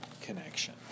connection